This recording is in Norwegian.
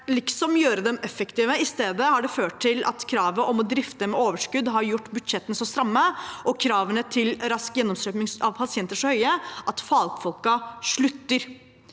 liksom gjøre dem effektive. I stedet har det ført til at kravet om å drifte med overskudd har gjort budsjettene så stramme og kravene til rask gjennomstrømming av pasienter så høye at fagfolkene slutter.